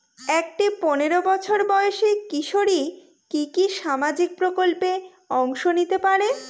একটি পোনেরো বছর বয়সি কিশোরী কি কি সামাজিক প্রকল্পে অংশ নিতে পারে?